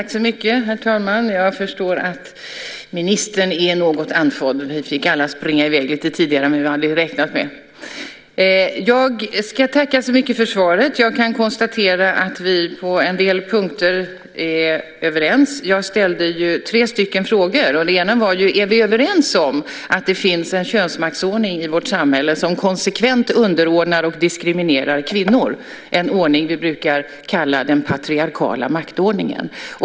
Herr talman! Jag tackar så mycket för svaret. Jag kan konstatera att vi på en del punkter är överens. Jag ställde tre frågor, och den ena var om vi är överens om att det finns en könsmaktsordning i vårt samhälle som konsekvent underordnar och diskriminerar kvinnor - en ordning vi brukar kalla den patriarkala maktordningen.